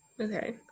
okay